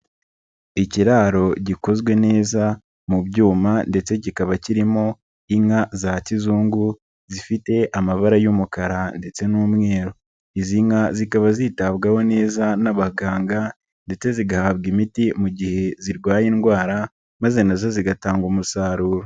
Ikiraro gikozwe neza mu byuma ndetse kikaba kirimo inka za kizungu, zifite amabara y'umukara ndetse n'umweru, izi nka zikaba zitabwaho neza n'abaganga ndetse zigahabwa imiti mu gihe zirwaye indwara, maze nazo zigatanga umusaruro.